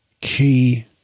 key